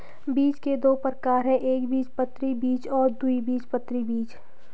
बीज के दो प्रकार है एकबीजपत्री बीज और द्विबीजपत्री बीज